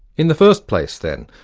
in the first place, then,